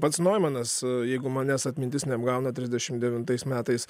pats noimanas jeigu manęs atmintis neapgauna trisdešimt devintais metais